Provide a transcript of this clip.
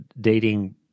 dating